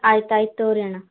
ಆಯ್ತು ಆಯ್ತು ತಗೋಳ್ರಿ ಅಣ್ಣ